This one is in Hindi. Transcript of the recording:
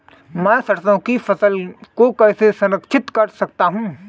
मैं सरसों की फसल को कैसे संरक्षित कर सकता हूँ?